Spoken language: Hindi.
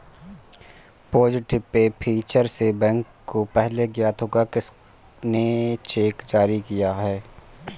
पॉजिटिव पे फीचर से बैंक को पहले ज्ञात होगा किसने चेक जारी किया है